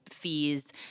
fees